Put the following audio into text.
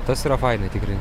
tas yra fainai tikrai